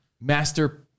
master